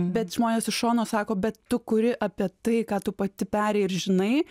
bet žmonės iš šono sako bet tu kuri apie tai ką tu pati perėjai ir žinai